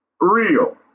real